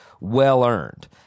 well-earned